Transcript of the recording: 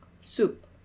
soup